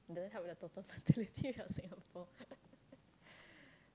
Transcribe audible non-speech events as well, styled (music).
it doesn't have with the total ferility of Singapore (laughs)